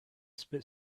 spit